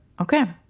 Okay